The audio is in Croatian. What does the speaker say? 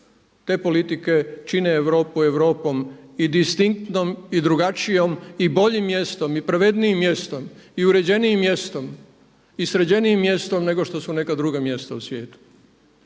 te politike čine Europu Europom i distinktnom i drugačijom i boljim mjestom i pravednijim mjestom i uređenijim mjestom i sređenijim mjestom nego što su neka druga mjesta u svijetu.